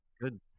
Good